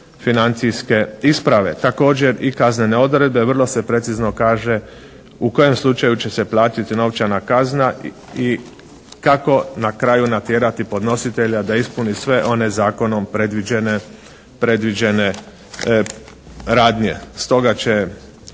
financijske isprave. Također i kaznene odredbe vrlo se precizno kaže u kojem slučaju će se platiti novčana kazna i kako na kraju natjerati podnositelja da ispuni sve one zakonom predviđene radnje. Stoga će